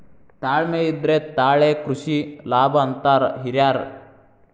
ತಾಳ್ಮೆ ಇದ್ರೆ ತಾಳೆ ಕೃಷಿ ಲಾಭ ಅಂತಾರ ಹಿರ್ಯಾರ್